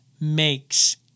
makes